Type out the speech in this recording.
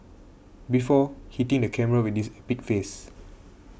before hitting the camera with this epic face